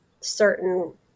certain